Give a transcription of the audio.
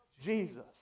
Jesus